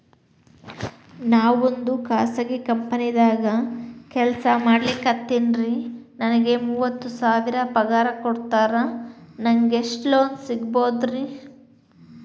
ನಾವೊಂದು ಖಾಸಗಿ ಕಂಪನಿದಾಗ ಕೆಲ್ಸ ಮಾಡ್ಲಿಕತ್ತಿನ್ರಿ, ನನಗೆ ತಿಂಗಳ ಮೂವತ್ತು ಸಾವಿರ ಪಗಾರ್ ಕೊಡ್ತಾರ, ನಂಗ್ ಎಷ್ಟು ಲೋನ್ ಸಿಗಬೋದ ರಿ?